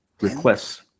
requests